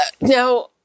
Now